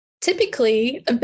typically